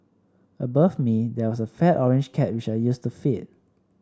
above me there was a fat orange cat which I used to feed